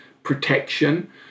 protection